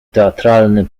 teatralny